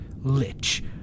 lich